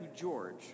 George